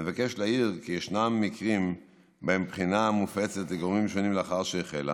אני מבקש להעיר כי יש מקרים שבהם בחינה מופצת לגורמים שונים לאחר שהחלה,